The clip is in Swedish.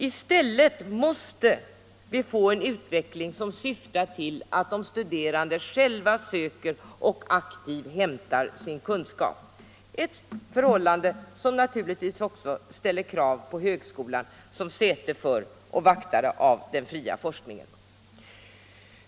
I stället måste vi få en utveckling som syftar till att de studerande själva söker och aktivt hämtar sin kunskap, ett förhållande som naturligtvis också ställer krav på högskolan som säte för och vaktare av den fria forskningen.